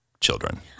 children